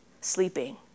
sleeping